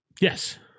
Yes